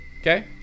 okay